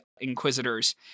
Inquisitors